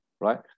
Right